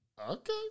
Okay